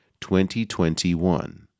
2021